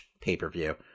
pay-per-view